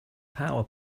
power